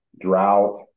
drought